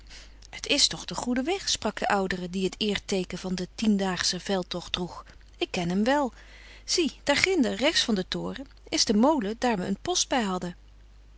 het is toch de goede weg sprak de oudere die het eerteeken van den tiendaagschen veldtocht droeg ik ken hem wel zie daar ginder rechts van den toren is de molen daar we een post bij hadden